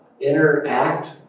interact